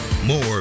More